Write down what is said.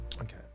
Okay